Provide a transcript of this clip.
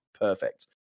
perfect